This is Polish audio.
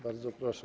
Bardzo proszę.